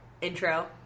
intro